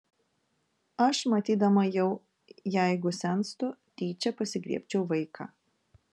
aš matydama jau jeigu senstu tyčia pasigriebčiau vaiką